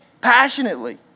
Passionately